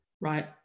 right